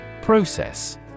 process